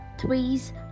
threes